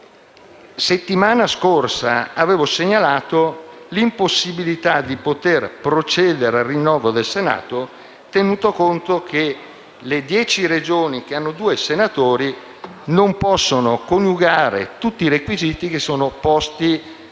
settimana scorsa ho segnalato l’impossibilità di procedere al rinnovo del Senato, tenuto conto che le dieci Regioni che hanno due senatori non possono coniugare tutti i requisiti posti